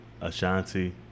Ashanti